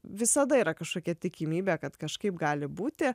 visada yra kažkokia tikimybė kad kažkaip gali būti